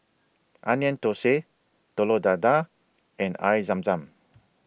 Onion Thosai Telur Dadah and Air Zam Zam